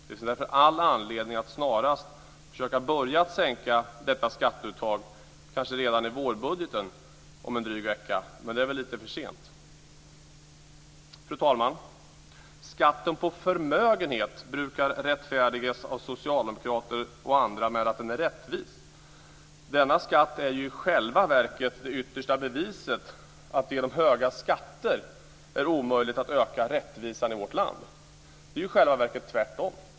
Det finns därför all anledning att snarast försöka att börja sänka detta skatteuttag, kanske redan i vårbudgeten om en dryg vecka - men det är väl lite för sent. Fru talman! Skatten på förmögenhet brukar rättfärdigas av socialdemokrater och andra med att den är rättvis. Denna skatt är i själva verket det yttersta beviset att det med hjälp av höga skatter är omöjligt att öka rättvisan i vårt land. Det är i själva verket tvärtom.